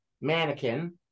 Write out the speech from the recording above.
Mannequin